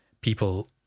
people